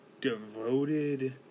devoted